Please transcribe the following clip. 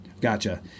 Gotcha